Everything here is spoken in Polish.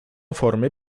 formy